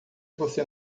você